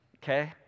Okay